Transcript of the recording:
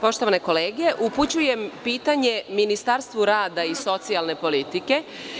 Poštovane kolege, upućujem pitanje Ministarstvu rada i socijalne politike.